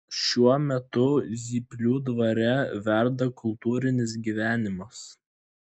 šiuo metu zyplių dvare verda kultūrinis gyvenimas